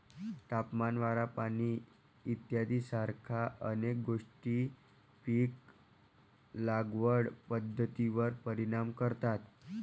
तापमान, वारा, पाणी इत्यादीसारख्या अनेक गोष्टी पीक लागवड पद्धतीवर परिणाम करतात